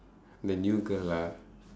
the new girl lah